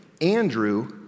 Andrew